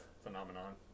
phenomenon